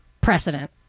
precedent